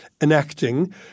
enacting